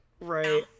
Right